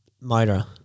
motor